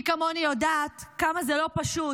מי כמוני יודעת כמה זה לא פשוט,